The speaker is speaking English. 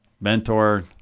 mentor